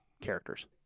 characters